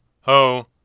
ho